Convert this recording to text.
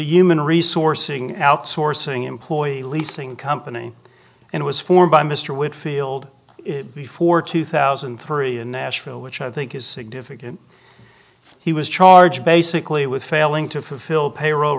human resource outsourcing employee leasing company and it was formed by mr wickfield it before two thousand and three in nashville which i think is significant he was charged basically with failing to fulfill payroll